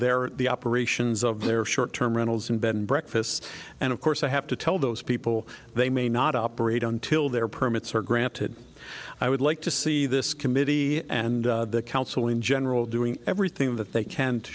their the operations of their short term rentals in bed and breakfasts and of course i have to tell those people they may not operate until their permits are granted i would like to see this committee and the council in general doing everything that they can to